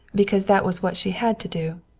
because that was what she had to do.